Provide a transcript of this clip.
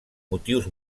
motius